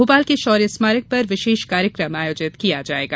भोपाल के शौर्य स्मारक पर विशेष कार्यक्रम आयोजित किया जायेगा